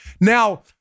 Now